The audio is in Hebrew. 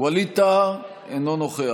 ווליד טאהא, אינו נוכח